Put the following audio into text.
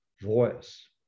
voice